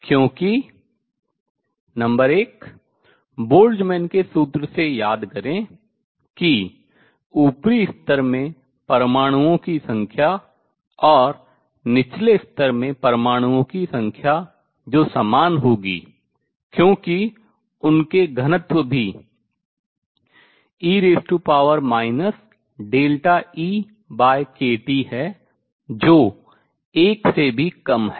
क्योंकि नंबर एक बोल्ट्जमैन के सूत्र से याद करें कि ऊपरी स्तर में परमाणुओं की संख्या और निचले स्तर में परमाणुओं की संख्या जो समान होगी क्योंकि उनके घनत्व भी e EkT है जो 1 से भी कम है